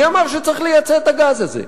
מי אמר שצריך לייצא את הגז הזה?